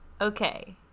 okay